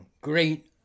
Great